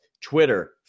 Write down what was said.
Twitter